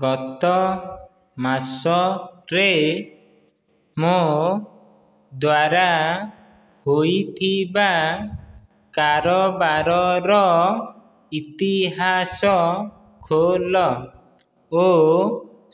ଗତ ମାସ ରେ ମୋ ଦ୍ୱାରା ହୋଇଥିବା କାରବାରର ଇତିହାସ ଖୋଲ ଓ